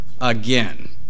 again